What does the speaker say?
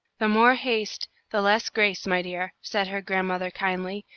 the more haste, the less grace, my dear, said her grandmother, kindly,